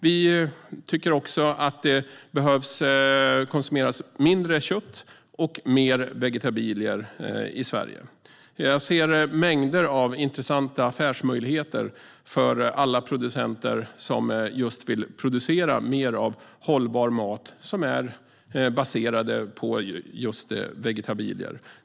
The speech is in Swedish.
Vi tycker också att det behöver konsumeras mindre kött och mer vegetabilier i Sverige. Jag ser mängder av intressanta affärsmöjligheter för alla producenter som vill producera mer av hållbar mat som är baserad på vegetabilier.